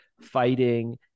fighting